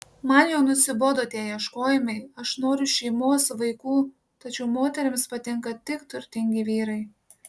man jau nusibodo tie ieškojimai aš noriu šeimos vaikų tačiau moterims patinka tik turtingi vyrai